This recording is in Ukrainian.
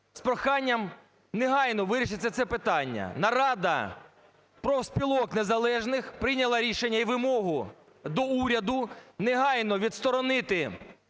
з проханням негайно вирішити це питання. Нарада профспілок незалежних прийняла рішення і вимогу до уряду негайно відсторонити